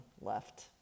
left